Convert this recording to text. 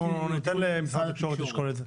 אנחנו ניתן להם זמן אפשרות לשקול את זה.